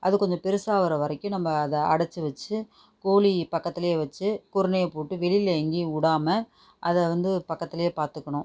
அது கொஞ்சம் பெருசாகுற வரைக்கும் நம்ம அதை அடச்சு வச்சு கோழி பக்கத்துலேயே வச்சு குருணயை போட்டு வெளியில் எங்கேயும் விடாம அதை வந்து பக்கத்துலேயே பார்த்துக்கணும்